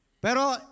Pero